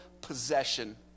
possession